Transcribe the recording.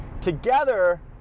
together